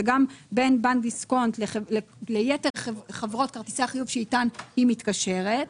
גם בין בנק דיסקונט ליתר חברות כרטיסי החיוב איתן היא מתקשרת.